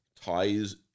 ties